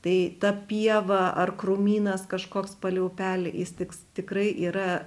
tai ta pieva ar krūmynas kažkoks palei upelį jis tiks tikrai yra